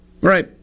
Right